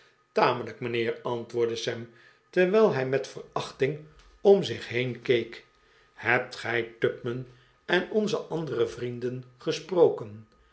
tamelijk mijnheer antwoordde sam terwijl hij met verachtjng om zich he en keek hebt gij tupman en onze andere vrienden gesproken